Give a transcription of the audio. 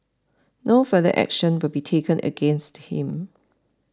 no further action will be taken against him